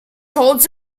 holds